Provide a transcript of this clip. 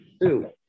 Two